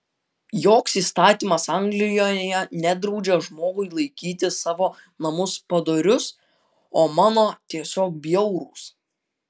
joks įstatymas anglijoje nedraudžia žmogui laikyti savo namus padorius o mano tiesiog bjaurūs